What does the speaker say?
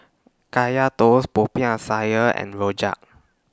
Kaya Toast Popiah Sayur and Rojak